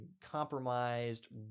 compromised